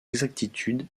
exactitude